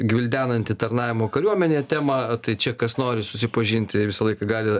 gvildenanti tarnavimo kariuomenėje temą tai čia kas nori susipažinti visą laiką gali